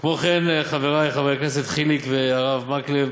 כמו כן, חברי חבר הכנסת חיליק והרב מקלב,